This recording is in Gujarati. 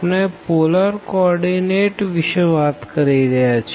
આપણે પોલર કો ઓર્ડીનેટ વિષે વાત કરી રહ્યા છે